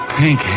pink